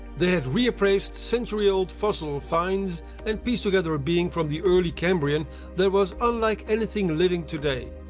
they had reappraised century-old fossil finds and pieced together a being from the early cambrian that was unlike anything living today.